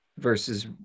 versus